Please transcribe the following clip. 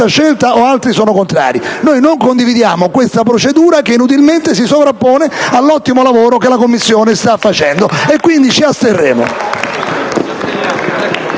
scelta e altri sono contrari. Non condividiamo questa procedura che inutilmente si sovrappone all'ottimo lavoro che la Commissione sta facendo. Quindi, ci asterremo.